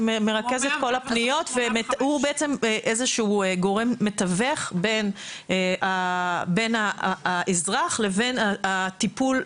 שמרכז את כל הפניות והוא איזה שהוא גורם מתווך בין האזרח לבין הטיפול,